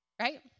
Right